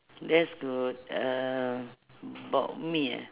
that's good uh about me ah